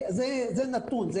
זה נתון.